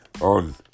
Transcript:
On